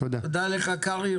תודה לך קרעי,